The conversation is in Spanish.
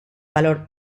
valor